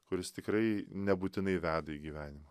kuris tikrai nebūtinai veda į gyvenimą